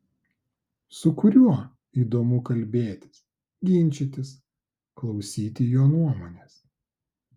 su kuriuo įdomu kalbėtis ginčytis klausyti jo nuomonės